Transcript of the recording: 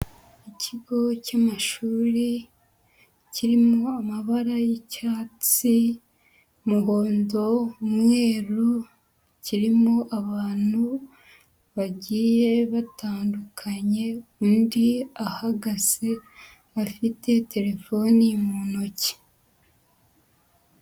Ikigo cy'amashuri kirimo amabara y'icyatsi, umuhondo, umweru kirimo abantu bagiye batandukanye, undi ahagaze afite telefoni mu ntoki.